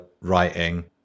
writing